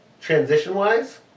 transition-wise